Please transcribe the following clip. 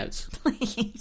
Please